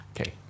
Okay